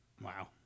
Wow